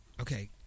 Okay